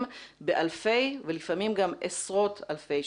באלפי ולפעמים גם עשרות אלפי שקלים.